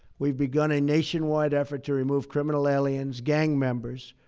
we've begun a nationwide effort to remove criminal aliens, gang members,